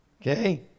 Okay